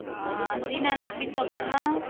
Dinanath Vishwakarma